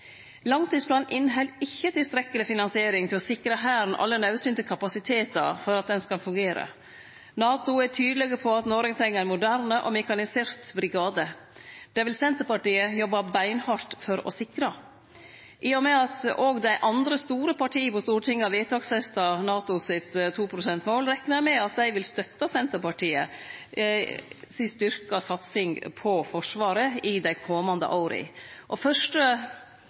Langtidsplanen inneheld ikkje tilstrekkeleg finansiering til å sikre Hæren alle naudsynte kapasitetar for at den skal fungere. NATO er tydeleg på at Noreg treng ein moderne og mekanisert brigade. Det vil Senterpartiet jobbe beinhardt for å sikre. I og med at òg dei andre store partia på Stortinget har vedtaksfesta NATO sitt 2 pst.-mål, reknar eg med at dei vil støtta Senterpartiet si styrkte satsing på Forsvaret i dei komande åra.